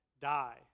die